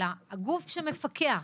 אלא הגוף שמפקח,